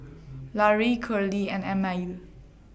Larae Curley and Emile